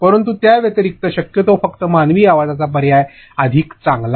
परंतु त्या व्यतिरिक्त शक्यतो फक्त मानवी आवाजाचा पर्याय अधिक चांगला